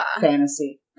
fantasy